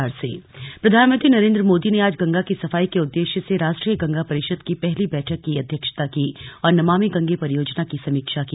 PM Kanpur प्रधानमंत्री नरेन्द्र मोदी ने आज गंगा की सफाई के उद्देश्य से राष्ट्रीय गंगा परिषद की पहली बैठक की अध्यक्षता की और नमामि गंगे परियोजना की समीक्षा की